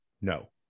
No